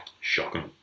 Shocking